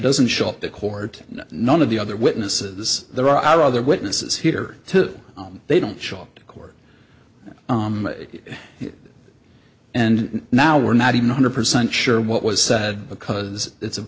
doesn't show up to court none of the other witnesses there are other witnesses here to they don't show up to court and now we're not even one hundred percent sure what was said because it's a